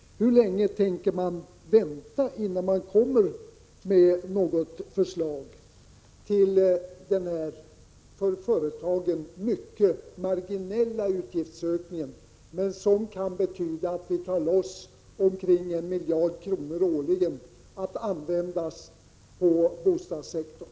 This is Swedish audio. Hur länge tänker man vänta innan man kommer med något förslag till den här för företagen mycket marginella utgiftsökningen, som kan betyda att vi tar loss omkring 1 miljard årligen att användas på bostadssektorn?